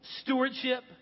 Stewardship